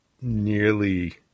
nearly